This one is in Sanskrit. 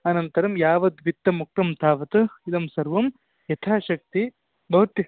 अनन्तरं यावत् वित्तम्मुक्तं तावत् इदं सर्वं यथा शक्ति भवती